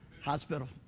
Hospital